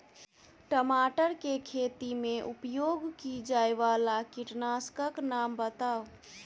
टमाटर केँ खेती मे उपयोग की जायवला कीटनासक कऽ नाम बताऊ?